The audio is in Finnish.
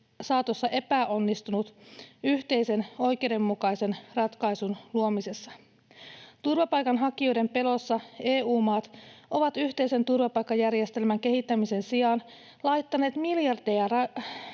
saatossa epäonnistunut yhteisen, oikeudenmukaisen ratkaisun luomisessa. Turvapaikanhakijoiden pelossa EU-maat ovat yhteisen turvapaikkajärjestelmän kehittämisen sijaan laittaneet miljardeja